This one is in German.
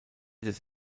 des